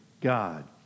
God